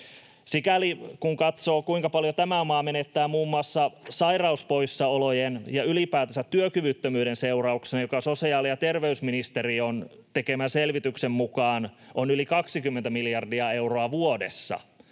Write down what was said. Sikäli, kun katsoo, kuinka paljon tämä maa menettää muun muassa sairauspoissaolojen ja ylipäätänsä työkyvyttömyyden seurauksena, mikä sosiaali- ja terveysministeriön tekemän selvityksen mukaan on yli 20 miljardia euroa vuodessa,